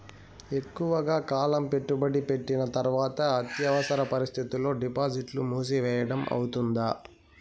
ఎక్కువగా కాలం పెట్టుబడి పెట్టిన తర్వాత అత్యవసర పరిస్థితుల్లో డిపాజిట్లు మూసివేయడం అవుతుందా?